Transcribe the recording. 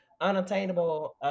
unattainable